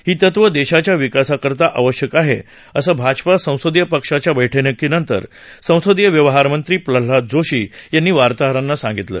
ही तत्व देशाच्या विकासाकरता अत्यावश्यक आहेत असं भाजपा संसदीय पक्षाच्या बैठकीनंतर संसदीय व्यवहारमंत्री प्रल्हाद जोशी यांनी वार्ताहरांना सांगितलं